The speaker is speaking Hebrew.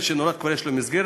כבר יש לו מסגרת,